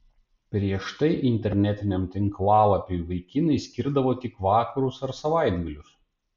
prieš tai internetiniam tinklalapiui vaikinai skirdavo tik vakarus ar savaitgalius